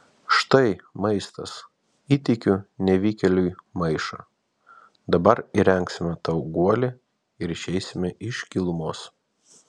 štai maistas įteikiu nevykėliui maišą dabar įrengsime tau guolį ir išeisime iš gilumos